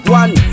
one